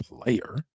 player